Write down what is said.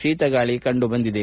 ಶೀತಗಾಳಿ ಕಂಡು ಬಂದಿದೆ